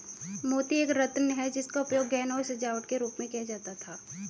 मोती एक रत्न है जिसका उपयोग गहनों और सजावट के रूप में किया जाता था